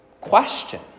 question